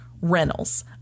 Reynolds